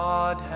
God